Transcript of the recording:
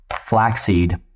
flaxseed